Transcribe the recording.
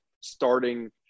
starting